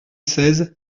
seize